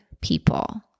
people